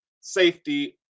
safety